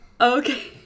Okay